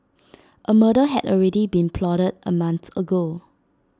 A murder had already been plotted A month ago